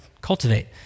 cultivate